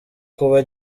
kuba